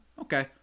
okay